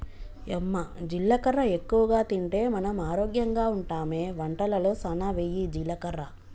యమ్మ జీలకర్ర ఎక్కువగా తింటే మనం ఆరోగ్యంగా ఉంటామె వంటలలో సానా వెయ్యి జీలకర్ర